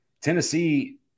Tennessee